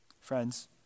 Friends